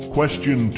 Question